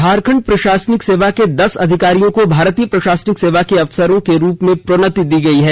झारखंड प्रशासनिक सेवा के दस अधिकारियों को भारतीय प्रशासनिक सेवा के अफसर के रूप में प्रोन्नति दी गयी है